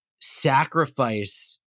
sacrifice